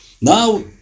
Now